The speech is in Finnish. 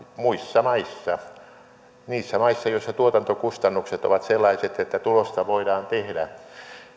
muissa maissa niissä maissa joissa tuotantokustannukset ovat sellaiset että tulosta voidaan tehdä